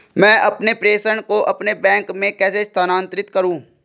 मैं अपने प्रेषण को अपने बैंक में कैसे स्थानांतरित करूँ?